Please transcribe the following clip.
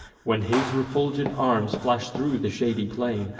when his refulgent arms flash'd thro' the shady plain,